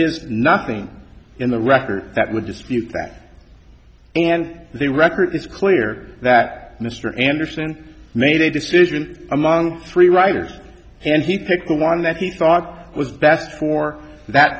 is nothing in the record that would dispute that and the record is clear that mr anderson made a decision among three writers and he picked the one that he thought was best for that